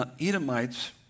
Edomites